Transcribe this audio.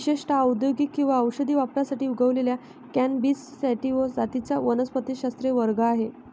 विशेषत औद्योगिक किंवा औषधी वापरासाठी उगवलेल्या कॅनॅबिस सॅटिवा जातींचा वनस्पतिशास्त्रीय वर्ग आहे